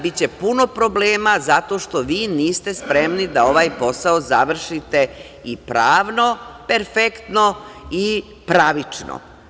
Biće puno problema zato što vi niste spremni da ovaj posao završite i pravno perfektno i pravično.